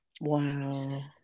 Wow